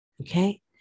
Okay